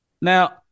Now